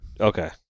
Okay